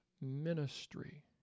ministry